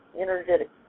energetic